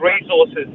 resources